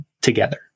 together